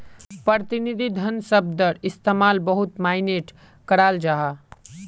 प्रतिनिधि धन शब्दर इस्तेमाल बहुत माय्नेट कराल जाहा